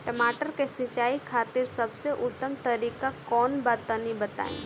टमाटर के सिंचाई खातिर सबसे उत्तम तरीका कौंन बा तनि बताई?